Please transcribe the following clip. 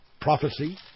prophecy